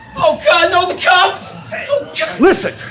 okay. i know the cops listen,